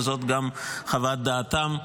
וזאת גם חוות דעתם,